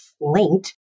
linked